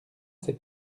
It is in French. c’est